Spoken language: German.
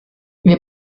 wir